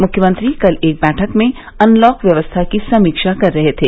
मुख्यमंत्री कल एक बैठक में अनलॉक व्यवस्था की समीक्षा कर रहे थे